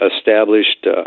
established